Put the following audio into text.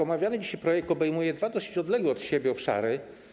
Omawiany dzisiaj projekt obejmuje dwa dość odległe od siebie obszary.